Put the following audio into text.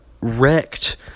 wrecked